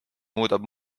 muudab